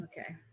Okay